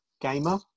gamer